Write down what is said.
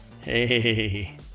Hey